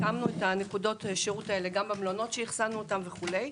הקמנו את נקודות השירות האלה גם במלונות שאכסנו אותם וכו'.